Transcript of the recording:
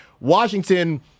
Washington